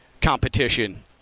competition